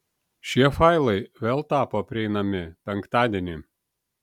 šie failai vėl tapo prieinami penktadienį